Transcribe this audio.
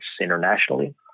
internationally